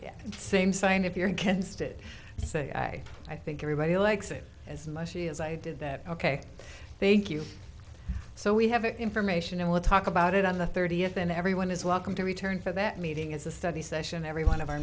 and same sign if you're against it say i think everybody likes it as mushy as i did that ok thank you so we have the information and we'll talk about it on the thirtieth and everyone is welcome to return for that meeting is a study session every one of our